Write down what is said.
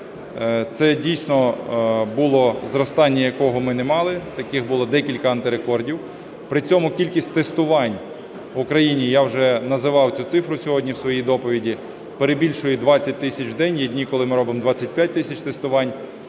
Це, дійсно, було зростання, якого ми не мали. Таких було декілька антирекордів. При цьому кількість тестувань в Україні, я вже називав цю цифру сьогодні в своїй доповіді, перебільшує 20 тисяч в день. Є дні, коли ми робимо 25 тисяч тестувань.